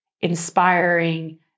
inspiring